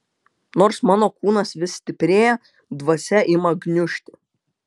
nors mano kūnas vis stiprėja dvasia ima gniužti